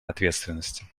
ответственности